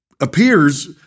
appears